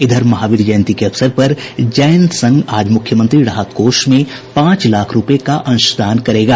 इधर महावीर जयंती के अवसर पर जैन संघ आज मुख्यमंत्री राहत कोष में पांच लाख रूपये का अंशदान करेगा